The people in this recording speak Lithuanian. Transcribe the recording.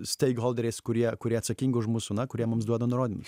steikholderiais kurie kurie atsakingi už mūsų na kurie mums duoda nurodymus